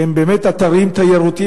שהם באמת אתרים תיירותיים,